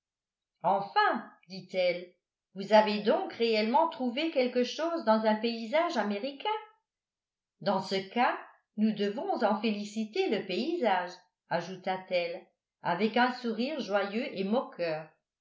enfin dit-elle vous avez donc réellement trouvé quelque chose dans un paysage américain dans ce cas nous devons en féliciter le paysage ajouta-t-elle avec un sourire joyeux et moqueur